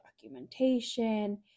documentation